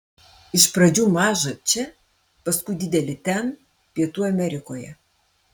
iš pradžių mažą čia paskui didelį ten pietų amerikoje